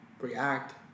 react